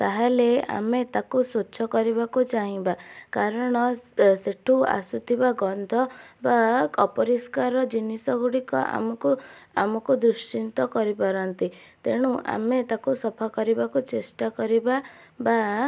ତାହେଲେ ଆମେ ତାକୁ ସ୍ୱଚ୍ଛ କରିବାକୁ ଚାହିଁବା କାରଣ ସେଇଠୁ ଆସୁଥିବା ଗନ୍ଧ ବା ଅପରିଷ୍କାର ଜିନିଷଗୁଡ଼ିକ ଆମକୁ ଆମକୁ ଦୁଃଶ୍ଚିନ୍ତ କରିପାରନ୍ତି ତେଣୁ ଆମେ ତାକୁ ସଫା କରିବାକୁ ଚେଷ୍ଟା କରିବା ବା